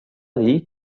dir